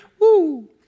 woo